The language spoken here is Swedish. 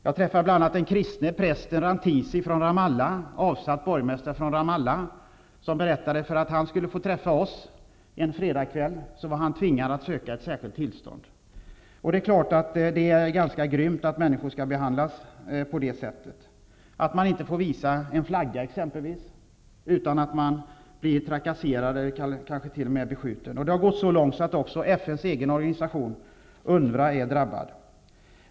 Jag träffade bl.a. en kristen präst och avsatt borgmästare från Ramallah, som berättade att han hade varit tvingad att söka ett särskilt tillstånd för att träffa oss en fredagskväll. Det är ganska grymt att människor skall behandlas på det sättet. Man kan exempelvis inte visa en flagga utan att bli trakasserad eller kanske t.o.m. beskjuten. Det har gått så långt att också FN:s egen organisation UNWRA är drabbad.